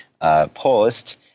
paused